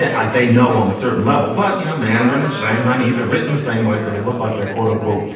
and i they know on a certain level, but, you know, mandarin and shanghainese are written the same way. so they look like they're quote unquote,